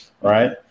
right